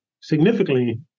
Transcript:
significantly